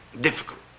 difficult